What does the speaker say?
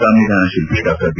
ಸಂವಿಧಾನ ಶಿಲ್ಪಿ Dr B